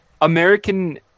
American